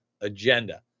agenda